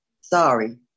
Sorry